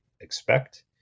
expect